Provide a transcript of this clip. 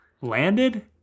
landed